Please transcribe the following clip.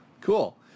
cool